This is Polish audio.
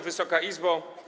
Wysoka Izbo!